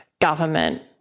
government